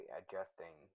adjusting